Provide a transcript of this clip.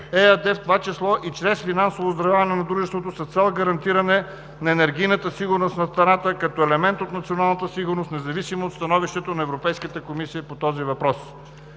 ЕАД, в това число и чрез финансово оздравяване на дружеството с цел гарантиране на енергийната сигурност на страната като елемент от националната сигурност, независимо от становището на Европейската комисия по този въпрос.